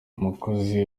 umukozi